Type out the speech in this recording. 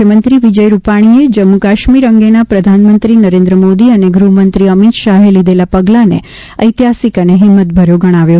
મુખ્યમંત્રી વિજય રૂપાણીએ જમ્મુ કાશ્મીર અંગે પ્રધાનમંત્રી નરેન્દ્ર મોદી અને ગૃહમંત્રી અમિત શાહે લીધેલા પગલાને ઐતિહાસિક અને હિંમતભર્યો ગણાવ્યો